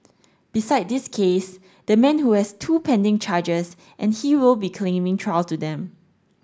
besides this case the man who has two pending charges and he will be claiming trial to them